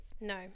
No